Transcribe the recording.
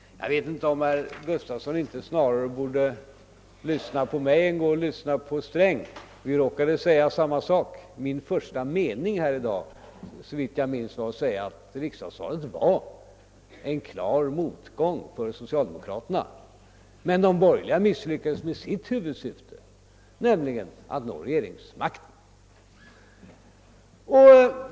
Jag tycker nog att herr Gustafson lika gärna kunde ha lyssnat på mig som på herr Sträng. Vi råkade säga samma sak. Min första mening här i dag — såvitt jag minns — var att riksdagsvalet var en klar motgång för socialdemokraterna. Men de borgerliga misslyckades med sitt huvudsyfte, nämligen att nå regeringsmakten.